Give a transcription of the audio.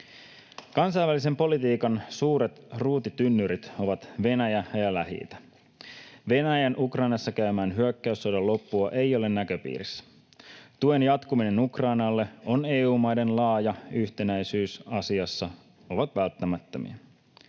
Kansainvälisen politiikan suuret ruutitynnyrit ovat Venäjä ja Lähi-itä. Venäjän Ukrainassa käymän hyökkäyssodan loppua ei ole näköpiirissä. Tuen jatkuminen Ukrainalle ja EU-maiden laaja yhtenäisyys asiassa ovat välttämättömiä.